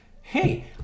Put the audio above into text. Hey